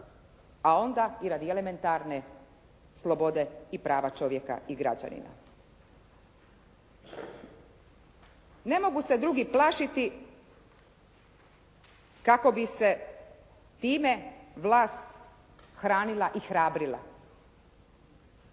a onda radi elementarne slobode i prava čovjeka i građanina. Ne mogu se drugi plašiti kako bi se time vlast hranila i hrabrila.